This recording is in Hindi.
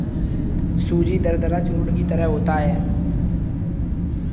सूजी दरदरा चूर्ण की तरह होता है